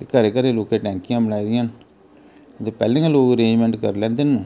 ते घरै घरै लोकें टैंकियां बनाई दियां न ते पैह्ले गै लोक रेंजमैंट करी लैंदे न